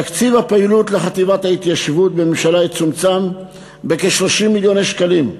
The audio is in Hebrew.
תקציב הפעילות לחטיבת ההתיישבות בממשלה יצומצם בכ-30 מיליוני שקלים.